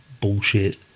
bullshit